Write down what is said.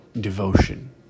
devotion